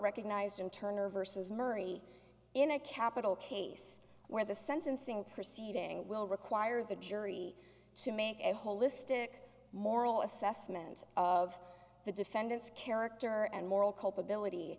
recognized and turner versus murray in a capital case where the sentencing proceeding will require the jury to make a holistic moral assessment of the defendant's character and moral culpability